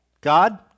God